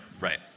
right